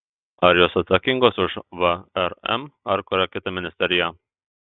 ar jos atsakingos už vrm ar kurią kitą ministeriją